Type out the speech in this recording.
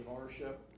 ownership